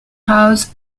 house